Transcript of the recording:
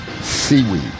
seaweed